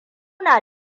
na